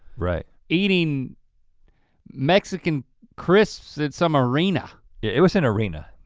right. eating mexican crisps at some arena. yeah it was an arena,